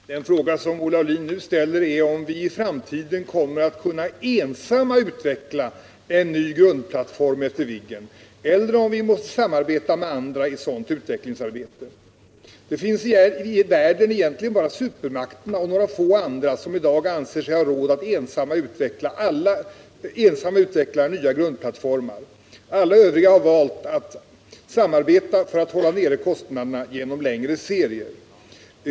Herr talman! Den fråga som Olle Aulin nu ställt gäller om vi i framtiden ensamma kommer att kunna utveckla en ny grundplattform efter Viggen eller om vi måste samarbeta med andra länder när det gäller ett sådant utvecklingsarbete. Det är egentligen bara supermakterna och några få andra länder som anser sig ha råd att ensamma utveckla nya grundplattformar. Alla de övriga har valt att samarbeta för att med längre serier kunna hålla nere kostnaderna.